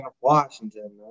Washington